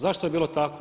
Zašto je bilo tako?